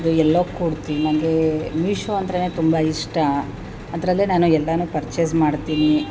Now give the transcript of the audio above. ಅದು ಯೆಲ್ಲೋ ಕುರ್ತ ನನಗೆ ಮಿಶೋ ಅಂದ್ರೆ ತುಂಬ ಇಷ್ಟ ಅದರಲ್ಲೆ ನಾನು ಎಲ್ಲಾ ಪರ್ಚೇಸ್ ಮಾಡ್ತೀನಿ